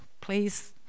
please